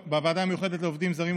בוועדה המיוחדת לעובדים זרים,